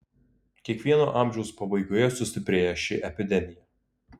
kiekvieno amžiaus pabaigoje sustiprėja ši epidemija